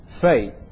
faith